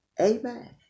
Amen